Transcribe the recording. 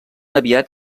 aviat